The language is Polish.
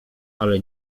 ale